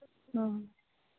ᱦᱳᱭ